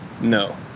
No